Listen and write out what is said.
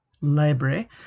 library